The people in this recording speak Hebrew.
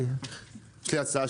יש לי הצעה.